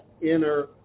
inner